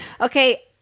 okay